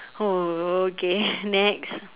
oh okay next